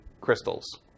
crystals